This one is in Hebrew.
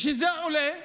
כשזה עולה,